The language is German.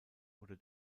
oder